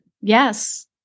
Yes